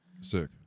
Sick